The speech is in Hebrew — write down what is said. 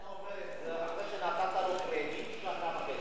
אתה אומר את זה אחרי שנתת לו קרדיט שנה וחצי.